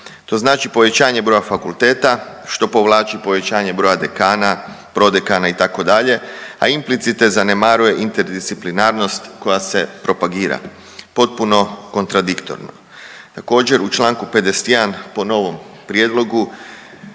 To znači povećanje broja fakulteta, što povlači povećanje broj dekana, prodekana, itd. a implicite zanemaruje interdisciplinarnost koja se propagira, potpuno kontradiktorno. Također, u čl. 51 po novom prijedlogu